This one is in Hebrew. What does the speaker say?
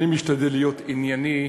אני משתדל להיות ענייני,